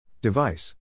Device